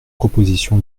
proposition